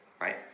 right